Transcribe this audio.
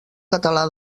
català